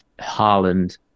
harland